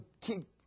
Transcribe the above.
keep